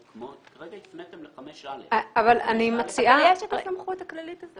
כרגע הפניתם לסעיף --- אבל יש את הסמכות הכללית הזאת.